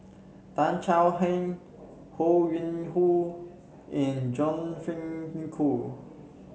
Tan Chay Yan Ho Yuen Hoe and John Fearns Nicoll